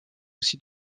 aussi